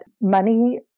money